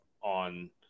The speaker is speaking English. on